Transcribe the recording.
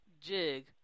Jig